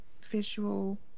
visual